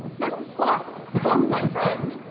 that's a squircle. come my friend,